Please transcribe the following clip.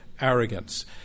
arrogance